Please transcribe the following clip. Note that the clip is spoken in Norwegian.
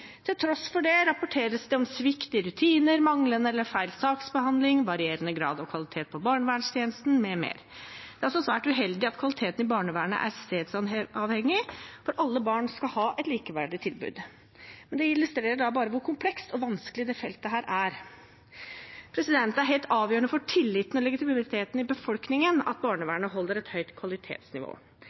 Til tross for det rapporteres det om svikt i rutiner, manglende eller feil saksbehandling, varierende grad av kvalitet på barnevernstjenesten, m.m. Det er også svært uheldig at kvaliteten i barnevernet er stedsavhengig, for alle barn skal ha et likeverdig tilbud, men det illustrerer bare hvor komplekst og vanskelig dette feltet er. Det er helt avgjørende for tilliten og legitimiteten i befolkningen at barnevernet holder et høyt kvalitetsnivå.